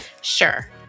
Sure